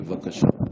בבקשה.